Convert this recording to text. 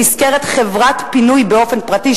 נשכרת חברת פינוי באופן פרטי,